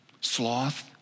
Sloth